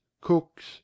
cooks